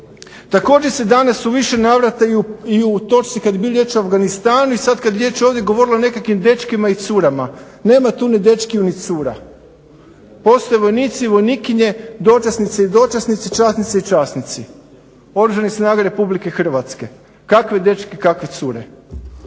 Također, se danas u više navrata i u to …/Govornik se ne razumije./… riječ o Afganistanu i sad kad je riječ ovdje, govorilo o nekakvim dečkima i curama. Nema tu ni dečkiju ni cura, postoje vojnici i vojnikinje, dočasnice i dočasnici, časnice i časnici Oružanih snaga Republike Hrvatske. Kakvi dečki, kakve cure?